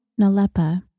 Nalepa